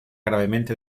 gravemente